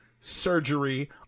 surgery